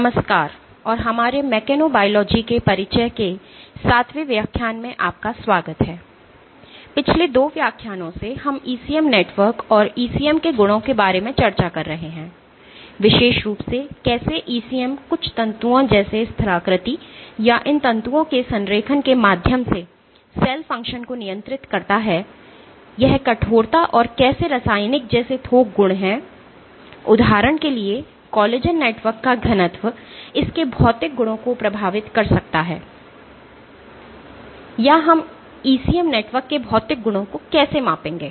नमस्कार और हमारे मेकेनोबायोलॉजी के परिचय के 7 वें व्याख्यान में आपका स्वागत है पिछले 2 व्याख्यानों से हम ECM नेटवर्क और ECM के गुणों के बारे में चर्चा कर रहे हैं विशेष रूप से कैसे ECM कुछ तंतुओं जैसे स्थलाकृति या इन तंतुओं के संरेखण के माध्यम से सेल फ़ंक्शन को नियंत्रित करता हैयह कठोरता और कैसे रासायनिक जैसे थोक गुण हैं उदाहरण के लिए कोलेजन नेटवर्क का घनत्व इसके भौतिक गुणों को प्रभावित कर सकता है या हम ECM नेटवर्क के भौतिक गुणों को कैसे मापेंगे